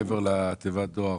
מעבר לתיבת הדואר.